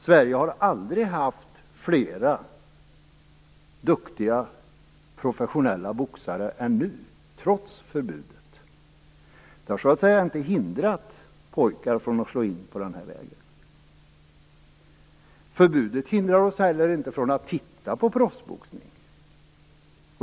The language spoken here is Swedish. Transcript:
Sverige har aldrig haft flera duktiga professionella boxare än nu, trots förbudet. Det har alltså inte hindrat pojkar från att slå in på den här vägen. Förbudet hindrar oss inte heller från att titta på proffsboxning.